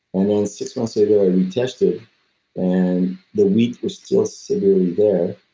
and then six months later i retested and the wheat was still severely there,